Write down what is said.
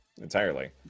Entirely